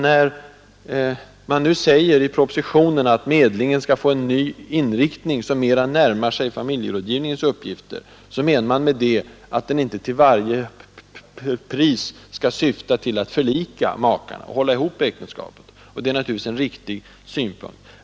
När det nu sägs i propositionen att medlingen skall få en ny inriktning som mera närmar sig familjerådgivningens uppgifter, avses med det att medlingen inte till varje pris skall syfta till att förlika makarna och att hålla ihop äktenskapet. Det är naturligtvis en riktig synpunkt.